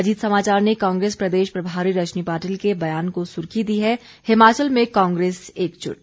अजीत समाचार ने कांग्रेस प्रदेश प्रभारी रजनी पाटिल के बयान को सुर्खी दी है हिमाचल में कांग्रेस एकजुट